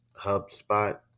HubSpot